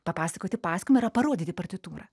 papasakoti pasakojimą yra parodyti partitūrą